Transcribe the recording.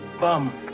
bum